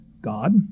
God